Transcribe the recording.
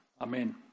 Amen